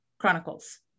chronicles